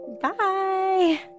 Bye